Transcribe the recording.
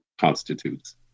constitutes